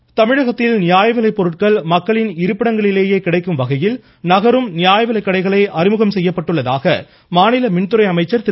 தங்கமணி தமிழகத்தில் நியாயவிலை பொருட்கள் மக்களின் இருப்பிடங்களிலேயே கிடைக்கும் வகையில் நகரும் நியாயவிலைக்கடைகளை அறிமுகம் செய்யப்பட்டுள்ளதாக மாநில மின்துறை அமைச்சர் திரு